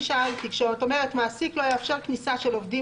כשאת אומרת: מעסיק לא יאפשר כניסה של עובדים